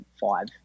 five